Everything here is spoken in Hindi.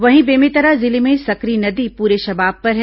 वहीं बेमेतरा जिले में सकरी नदी पूरे शबाब पर है